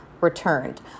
returned